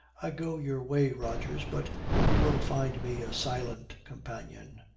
i go your way, rogers, but you will find me a silent companion.